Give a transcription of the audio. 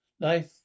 Life